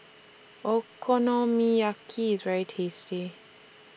Okonomiyaki IS very tasty